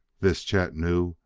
this, chet knew,